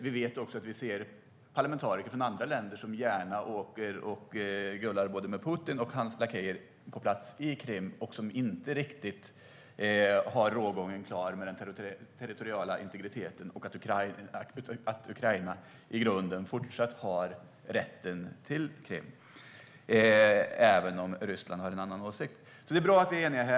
Vi vet också att parlamentariker från andra länder gärna åker och gullar med både Putin och hans lakejer på plats i Krim och inte riktigt har rågången klar när det gäller den territoriella integriteten och att Ukraina i grunden fortsatt har rätten till Krim - även om Ryssland har en annan åsikt. Det är alltså bra att vi är eniga här.